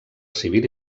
civil